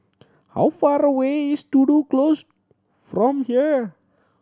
how far away is Tudor Close from here